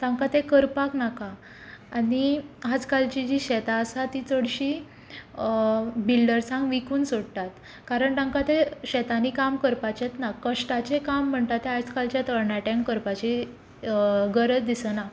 तांकां तें करपाक नाका आनी आजकालचीं शेतां आसा तीं चडशीं बिल्डर्सांक विकून सोडटात कारण तांकां तें शेतांनी काम करपाचेंच ना कश्टांचें काम म्हणटा तें आजकालच्या तरणाट्यांक करपाची गरज दिसना